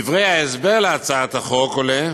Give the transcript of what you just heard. מדברי ההסבר להצעת החוק עולה